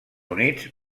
units